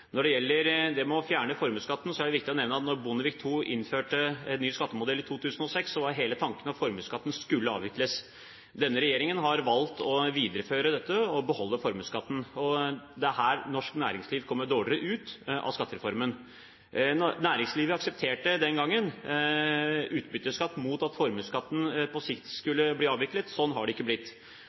Når det gjelder å fjerne formuesskatten, er det viktig å nevne at hele tanken til Bondevik II-regjeringen i forbindelse med innføringen av en ny skattemodell i 2006 var at formuesskatten skulle avvikles. Denne regjeringen har valgt å videreføre og beholde formuesskatten. Det er her norsk næringsliv kommer dårligere ut av skattereformen. Næringslivet aksepterte den gangen utbytteskatt mot at formuesskatten på sikt skulle bli avviklet. Slik har det ikke blitt.